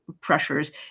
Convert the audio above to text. pressures